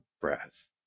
breath